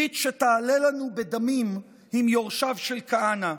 ברית שתעלה לנו בדמים, עם יורשיו של כהנא.